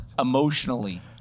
emotionally